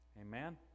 amen